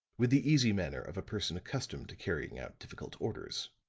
with the easy manner of a person accustomed to carrying out difficult orders.